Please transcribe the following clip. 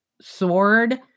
sword